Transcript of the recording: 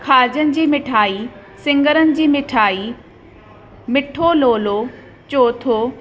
खाजनि जी मिठाई सिङरनि जी मिठाई मिठो लोलो चोथो